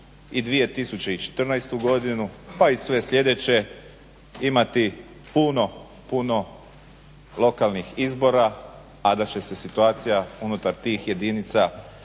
i 2014. godinu, pa i sve sljedeće imati puno, puno lokalnih izbora, a da će se situacija unutar tih jedinica